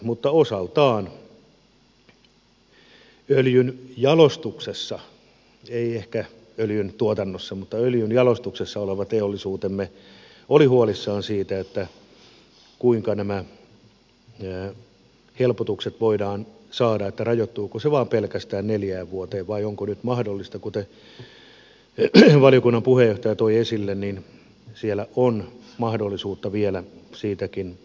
mutta osaltaan öljynjalostuksessa ei ehkä öljyntuotannossa mutta öljynjalostuksessa oleva teollisuutemme oli huolissaan siitä kuinka nämä helpotukset voidaan saada ja rajoittuuko se vain pelkästään neljään vuoteen vai onko nyt mahdollista kuten valiokunnan puheenjohtaja toi esille vielä siitäkin poiketa